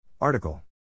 Article